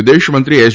વિદેશમંત્રી એસ